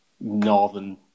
Northern